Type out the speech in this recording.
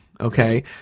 Okay